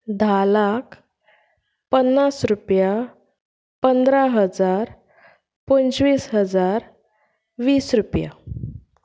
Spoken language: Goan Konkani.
धा लाख पन्नास रुपया पंदरा हजार पंचवीस हजार वीस रुपया